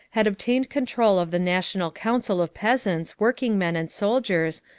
had obtained control of the national council of peasants, workingmen, and soldiers,